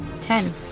Ten